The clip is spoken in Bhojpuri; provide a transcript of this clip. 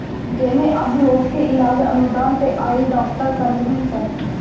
जेमे अब लोग के इलाज अनुदान पे आइल डॉक्टर करीहन सन